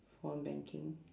phone banking